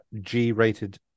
G-rated